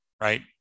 right